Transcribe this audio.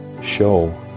show